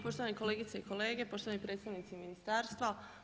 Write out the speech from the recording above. Poštovani kolegice i kolege, poštovani predstavnici ministarstva.